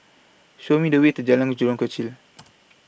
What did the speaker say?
Show Me The Way to Jalan Jurong Kechil